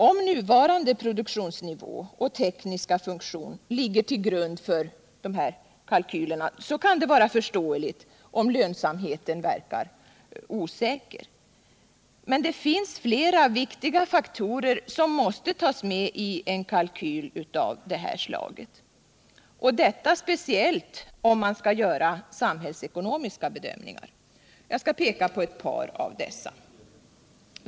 Om nuvarande produktionsnivå och tekniska funktion ligger till grund för kalkylerna kan det vara förståeligt om lönsamheten verkar osäker. Men det finns flera viktiga faktorer som måste tas med i en kalkyl av det här slaget, detta speciellt om man skall göra samhällsekonomiska bedömningar. Jag skall peka på ett par av dessa.